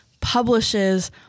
publishes